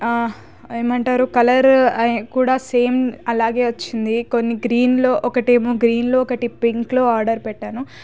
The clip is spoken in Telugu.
ఏమంటారు కలర్ కూడా సేమ్ అలాగే వచ్చింది కొన్ని గ్రీన్లో ఒకటేమో గ్రీన్లో ఒకటి పింక్లో ఆర్డర్ పెట్టాను